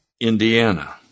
Indiana